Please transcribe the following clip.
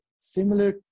similar